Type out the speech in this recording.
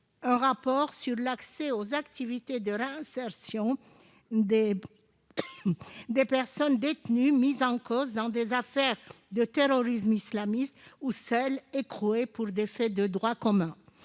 un rapport sur l'accès aux activités de réinsertion des personnes détenues mises en cause dans des affaires de terrorisme islamiste et de celles qui sont écrouées pour des faits de droit commun